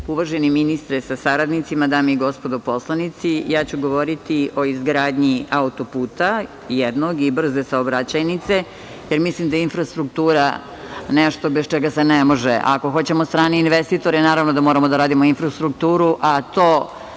ministre sa saradnicima, dame i gospodo poslanici, govoriću o izgradnji autoputa jednog i brze saobraćajnice, jer mislim da je infrastruktura nešto bez čega se ne može. Ako hoćemo strane investitore, naravno da moramo da radimo infrastrukturu, a to